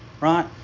right